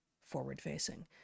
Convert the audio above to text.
forward-facing